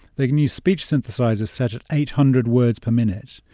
they can use speech synthesizers set at eight hundred words per minute,